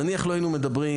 נניח שלא היינו מדברים,